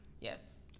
Yes